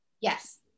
Yes